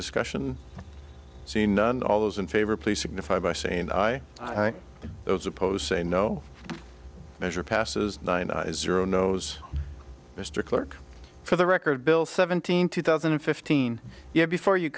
discussion seen none all those in favor please signify by saying i those opposed say no measure passes nine zero knows mr clerk for the record bill seventeen two thousand and fifteen you have before you